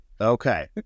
Okay